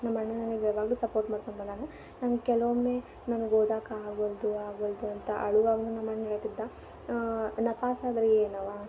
ನಮ್ಮ ಅಣ್ಣ ನನಿಗೆ ಯಾವಾಗಲೂ ಸಪೋಟ್ ಮಾಡ್ಕೊಂಡು ಬಂದಾನ ನಂಗೆ ಕೆಲವೊಮ್ಮೆ ನನಗೆ ಓದಕ್ಕ ಆಗೊಲ್ದು ಆಗೊಲ್ದು ಅಂತ ಅಳುವಾಗಲೂ ನಮ್ಮ ಅಣ್ಣ ಹೇಳ್ತಿದ್ದ ನಪಾಸಾದರೆ ಏನವ್ವ